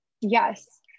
Yes